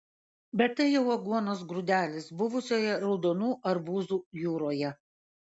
bet tai jau aguonos grūdelis buvusioje raudonų arbūzų jūroje